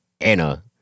Anna